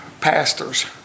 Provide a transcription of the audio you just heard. pastors